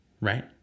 right